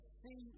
see